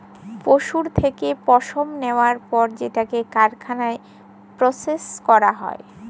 পশুর থেকে পশম নেওয়ার পর সেটাকে কারখানায় প্রসেস করা হয়